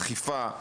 אכיפה,